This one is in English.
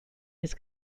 his